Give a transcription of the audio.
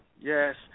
Yes